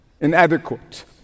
inadequate